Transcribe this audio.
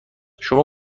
شما